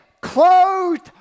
clothed